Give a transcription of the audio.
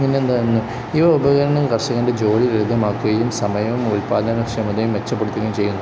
പിന്നെന്തെന്ന് ഇവ ഉപകരണം കർഷകൻ്റെ ജോലി ലളിതമാക്കുകയും സമയവും ഉൽപാദനക്ഷമതയും മെച്ചപ്പെടുത്തുകയും ചെയ്യുന്നു